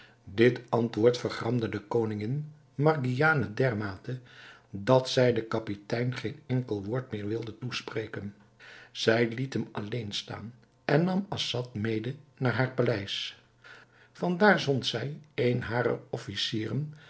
dit antwoord vergramde de koningin margiane dermate dat zij den kapitein geen enkel woord meer wilde toespreken zij liet hem alleen staan en nam assad mede naar haar paleis van daar zond zij een harer officieren